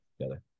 together